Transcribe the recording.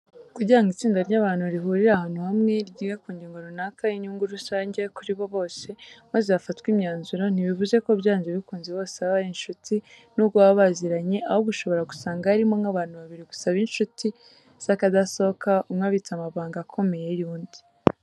Kugira ngo itsinda ry'abantu rihurire ahantu hamwe, ryige ku ngingo runaka y'inyungu rusange kuri bo bose, maze hafatwe imyanzuro; ntibivuze ko byanze bikunze bose baba ari inshuti n'ubwo baba baziranye; ahubwo ushobora gusanga harimo nk'abantu babiri gusa b'inshuti z'akadasohoka, umwe abitse amabanga akomeye y'undi.